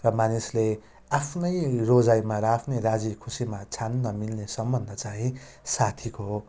र मानिसले आफ्नै रोजाइमा र आफ्नै राजी खुसीमा छान्न मिल्ने सम्बन्ध चाहिँ साथीको हो